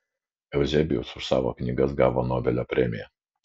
euzebijus už savo knygas gavo nobelio premiją